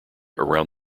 around